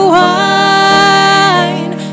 wine